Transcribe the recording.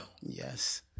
Yes